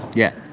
yeah,